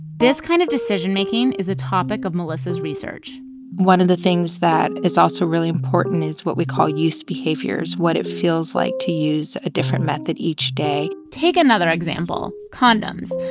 this kind of decision-making is a topic of melissa's research one of the things that is also really important is what we call use behaviors, what it feels like to use a different method each day take another example condoms,